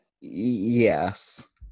Yes